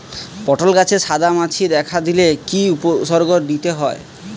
পটল গাছে সাদা মাছি দেখা দিলে কি কি উপসর্গ নিতে হয়?